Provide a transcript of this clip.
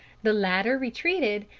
the latter retreated,